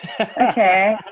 Okay